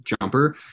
jumper